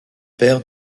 père